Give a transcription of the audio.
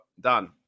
done